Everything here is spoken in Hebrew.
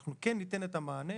אנחנו כן ניתן את המענה